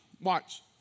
Watch